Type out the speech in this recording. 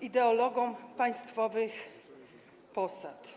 ideologom państwowych posad.